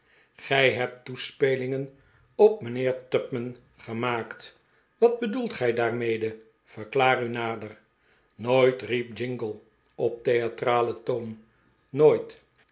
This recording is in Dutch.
gij hebt toespelingen op mijnheer tupman gemaakt wat bedoelt gij daarmede verklaar u nader nooit riep jingle op theatralen toon nooit